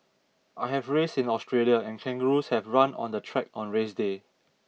I have raced in Australia and kangaroos have run on the track on race day